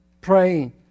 praying